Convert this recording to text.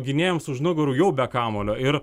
gynėjams už nugarų jau be kamuolio ir